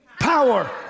power